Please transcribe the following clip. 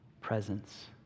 presence